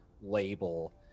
label